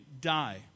die